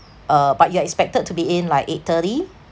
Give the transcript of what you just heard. uh but you are expected to be in like eight thirty